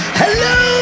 hello